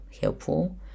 helpful